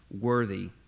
worthy